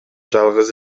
жалгыз